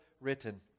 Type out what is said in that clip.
written